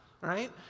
right